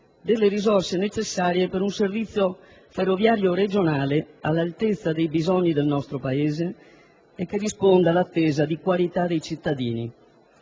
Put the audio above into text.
delle risorse necessarie per un servizio ferroviario regionale all'altezza dei bisogni del nostro Paese e che risponda all'attesa di qualità dei cittadini.